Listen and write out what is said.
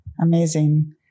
Amazing